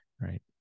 right